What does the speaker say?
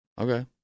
Okay